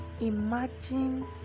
imagine